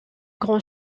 grand